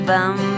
Bum